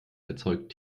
erzeugt